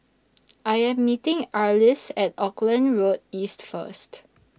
I Am meeting Arlis At Auckland Road East First